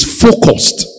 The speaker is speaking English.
focused